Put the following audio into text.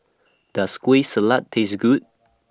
Does Kueh Salat Taste Good